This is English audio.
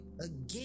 Again